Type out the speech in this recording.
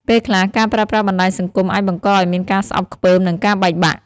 ពេលខ្លះ ការប្រើប្រាស់បណ្ដាញសង្គមអាចបង្កឱ្យមានការស្អប់ខ្ពើមនិងការបែកបាក់។